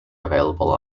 available